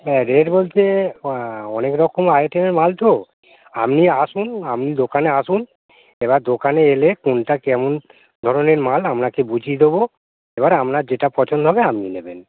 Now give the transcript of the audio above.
হ্যাঁ রেট বলতে অনেক রকম আইটেমের মাল তো আপনি আসুন আপনি দোকানে আসুন এবার দোকানে এলে কোনটা কেমন ধরনের মাল আপনাকে বুঝিয়ে দেবো এবারে আপনার যেটা পছন্দ হবে আপনি নেবেন